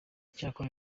icyakora